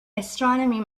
astronomy